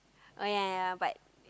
oh ya ya but